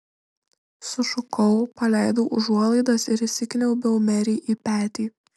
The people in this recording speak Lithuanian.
sušukau paleidau užuolaidas ir įsikniaubiau merei į petį